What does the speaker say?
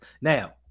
now